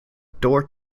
door